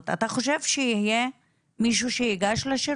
יש לכם עוד שירות כזה במשרד שהוא מיקור חוץ?